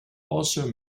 also